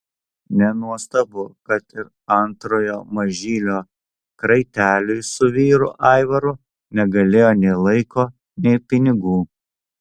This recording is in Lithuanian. nenuostabu kad ir antrojo mažylio kraiteliui su vyru aivaru negailėjo nei laiko nei pinigų